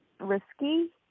risky